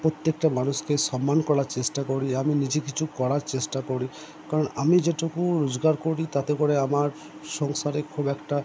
প্রত্যেকটা মানুষকে সম্মান করার চেষ্টা করি আমি নিজে কিছু করার চেষ্টা করি কারণ আমি যেটুকু রোজগার করি তাতে করে আমার সংসারে খুব একটা